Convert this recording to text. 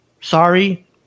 sorry